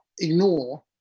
ignore